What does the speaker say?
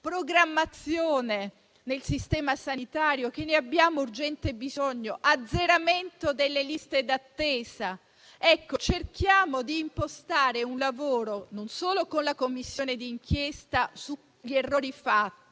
programmazione nel sistema sanitario, di cui abbiamo urgente bisogno e l'azzeramento delle liste d'attesa. Cerchiamo di impostare un lavoro con la Commissione d'inchiesta non solo sugli errori fatti,